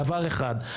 דבר אחד,